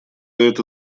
это